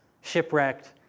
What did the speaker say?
shipwrecked